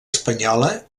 espanyola